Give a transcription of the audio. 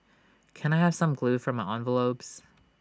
can I have some glue for my envelopes